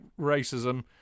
racism